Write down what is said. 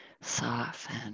soften